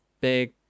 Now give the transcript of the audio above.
big